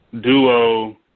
duo